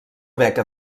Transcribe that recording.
beca